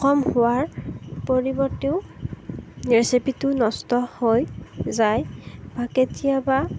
কম হোৱাৰ পৰিবতেও ৰেচিপিটো নষ্ট হৈ যায় কেতিয়াবা